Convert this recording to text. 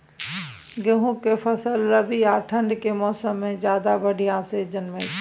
गेहूं के फसल रबी आ ठंड के मौसम में ज्यादा बढ़िया से जन्में छै?